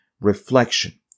reflection